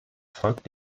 folgt